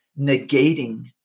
negating